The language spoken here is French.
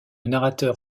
narrateur